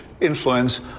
influence